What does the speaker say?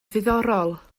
ddiddorol